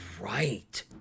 right